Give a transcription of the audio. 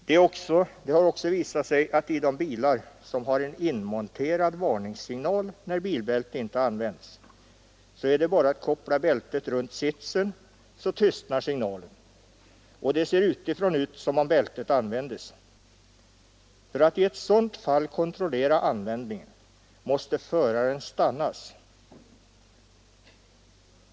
Det har också visat sig att i de bilar som har en inmonterad varningssignal när bilbälte inte används är det bara att koppla bältet runt sitsen så tystnar signalen och det ser utifrån ut som om bältet används. För att i ett sådant fall kontrollera användningen måste föraren stannas.